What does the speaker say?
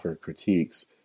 critiques